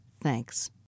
Thanks